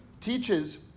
teaches